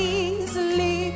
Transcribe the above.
easily